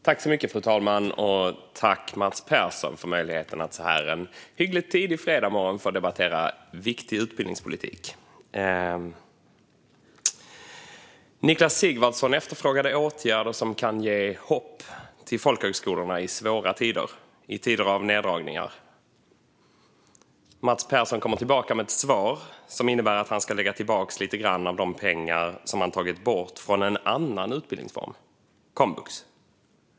Fru talman! Tack, Mats Persson, för möjligheten att så här på en hyggligt tidig fredagsmorgon debattera viktig utbildningspolitik! Niklas Sigvardsson efterfrågade åtgärder som kan ge hopp till folkhögskolorna i svåra tider, i tider av neddragningar. Mats Persson kommer med ett svar som innebär att han ska lägga tillbaka lite grann av de pengar som man har tagit bort från en annan utbildningsform, komvux.